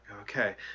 Okay